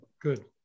Good